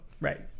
right